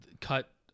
cut